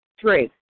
Three